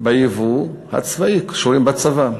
ביבוא הצבאי, קשורים בצבא.